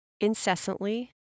incessantly